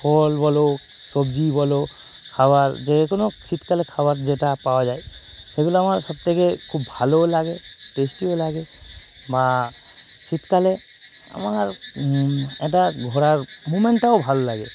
ফল বলো সবজি বলো খাওয়ার যে কোনো শীতকালে খাওয়ার যেটা পাওয়া যায় সেগুলো আমার সব থেকে খুব ভালোও লাগে টেস্টিও লাগে বা শীতকালে আমার একটা ঘোরার অভিমানটাও ভাল লাগে